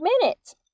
minutes